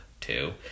two